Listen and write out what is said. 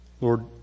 Lord